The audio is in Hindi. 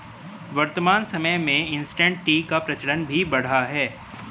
वर्तमान समय में इंसटैंट टी का प्रचलन भी बढ़ा है